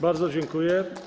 Bardzo dziękuję.